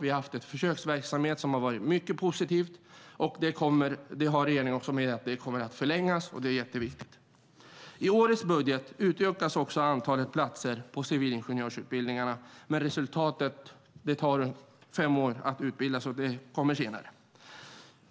Vi har haft en försöksverksamhet som har varit mycket positiv, och regeringen har meddelat att den kommer att förlängas. I årets budget utökas också antalet platser på civilingenjörsutbildningarna, men resultatet kommer senare, för utbildningarna tar fem år att